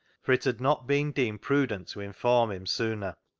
for it had not been deemed prudent to inform him sooner.